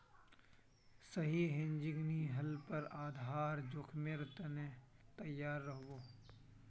सही हेजिंग नी ह ल पर आधार जोखीमेर त न तैयार रह बो